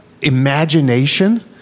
imagination